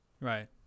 Right